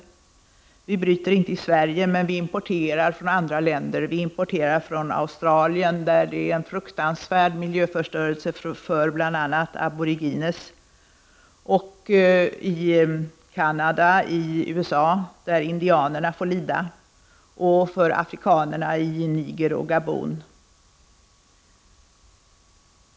Vi bryter inte uran i Sverige, men vi importerar från andra länder. Vi importerar från Australien, där det sker en fruktansvärd miljöförstörelse som drabbar bl.a. aborigines. Detsamma gäller för Canada och USA, där indianerna får lida, och följderna av uranbrytningen drabbar även afrikanerna i Niger och Gabon.